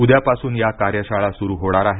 उद्यापासून या कार्यशाळा सुरू होणार आहेत